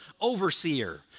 overseer